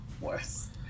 worse